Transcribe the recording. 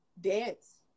dance